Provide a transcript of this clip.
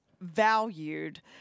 valued